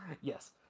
Yes